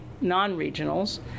non-regionals